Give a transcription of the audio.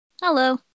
Hello